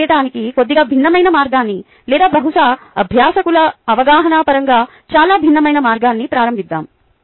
దీన్ని చేయటానికి కొద్దిగా భిన్నమైన మార్గాన్ని లేదా బహుశా అభ్యాసకుల అవగాహన పరంగా చాలా భిన్నమైన మార్గాన్ని ప్రారంభిద్దాం